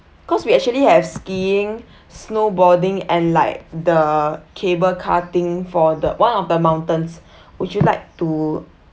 because we actually have skiing snowboarding and like the cable car thing for the one of the mountains would you like to